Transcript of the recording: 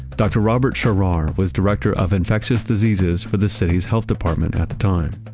doctor robert charrar was director of infectious diseases for the city's health department at the time.